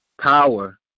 power